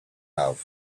love